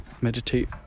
meditate